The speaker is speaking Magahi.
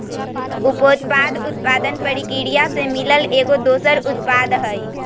उपोत्पाद उत्पादन परकिरिया से मिलल एगो दोसर उत्पाद हई